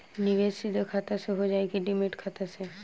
निवेश सीधे खाता से होजाई कि डिमेट खाता से?